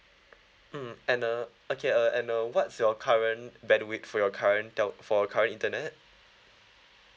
mm and uh okay uh and uh what's your current bandwidth for your current tel~ for your current internet